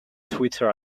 twitter